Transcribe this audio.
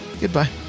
goodbye